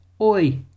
Oi